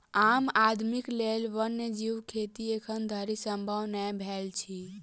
आम आदमीक लेल वन्य जीव खेती एखन धरि संभव नै भेल अछि